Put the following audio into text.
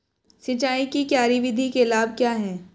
सिंचाई की क्यारी विधि के लाभ क्या हैं?